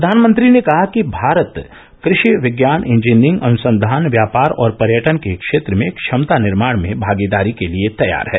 प्रधानमंत्री ने कहा कि भारत कृषि विज्ञान इंजीनियरिंग अनुसंधान व्यापार और पर्यटन के क्षेत्र में क्षमता निर्माण में भागीदारी के लिए तैयार है